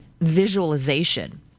visualization